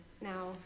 now